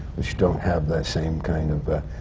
which don't have the same kind of